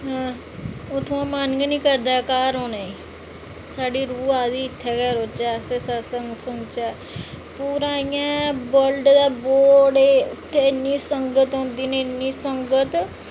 उत्थां मन निं करदा घर औने गी साढ़ी रूह् आखदी इत्थै गै रौह्चै अच्छे अच्छे सत्संग सुनचै पूरे इंया गै बड़े उत्थै इन्नी संगत होंदी कि इन्नी संगत